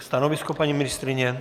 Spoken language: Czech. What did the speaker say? Stanovisko paní ministryně?